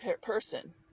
person